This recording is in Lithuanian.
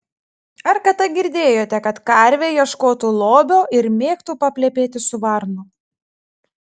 ar kada girdėjote kad karvė ieškotų lobio ir mėgtų paplepėti su varnu